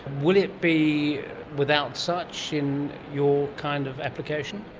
will it be without such in your kind of application?